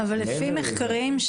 אבל לפי מחקרים,